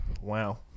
wow